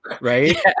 right